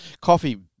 coffee